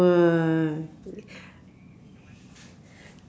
!wah!